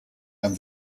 and